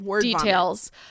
Details